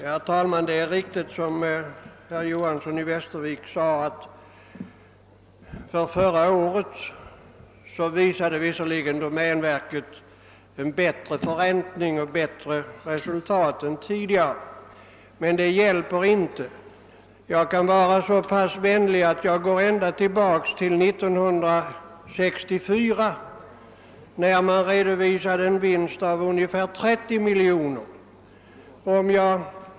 Herr talman! Det är visserligen riktigt, såsom herr Johanson i Västervik sade, att domänverket förra året uppvisade en bättre förräntning och ett bättre driftresultat än ett par år tidigare, men det hjälper inte. Jag kan vara så vänlig att jag går tillbaka ända till 1964, när domänverket redovisade en vinst av ungefär 30 miljoner.